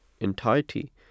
entirety